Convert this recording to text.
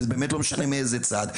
זה באמת מאיזה צד,